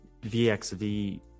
VXV